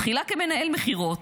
תחילה כמנהל מכירות,